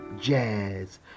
Jazz